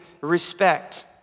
respect